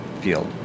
field